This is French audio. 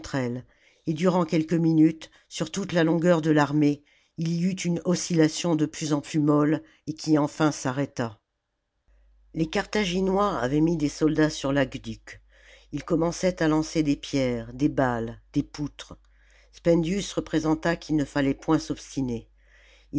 et durant quelques minutes sur toute la longueur de l'armée il y eut une oscillation de plus en plus molle et qui enfin s'arrêta les carthaginois avaient mis des soldats sur l'aqueduc ils commençaient à lancer des pierres des balles des poutres spendius représenta qu'il ne fallait point s'obstiner